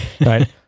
right